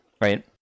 right